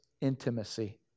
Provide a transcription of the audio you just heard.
intimacy